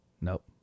nope